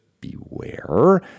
beware